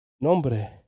nombre